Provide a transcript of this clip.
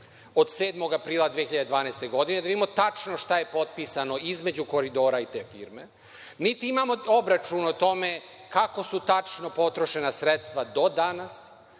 od 7. aprila 2012. godine, da vidimo tačno šta je potpisano između Koridora i te firme. Niti imamo obračun o tome kako su tačno potrošena sredstva do danas,